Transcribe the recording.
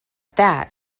that